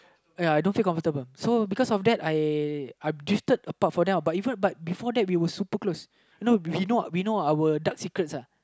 ya I don't feel comfortable so because of that I I drifted apart from them uh but even but before that we were super close you know we know our dark secrets uh